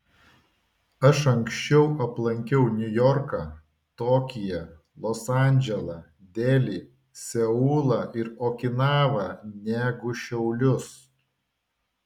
aš anksčiau aplankiau niujorką tokiją los andželą delį seulą ir okinavą negu šiaulius